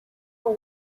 who